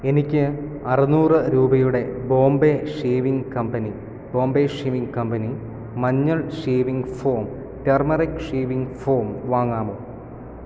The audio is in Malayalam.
എനിക്ക് അറുനൂറ് രൂപയുടെ Bombay shaving company Bombay shaving company മഞ്ഞൾ shaving foam turmeric shaving foam വാങ്ങാമോ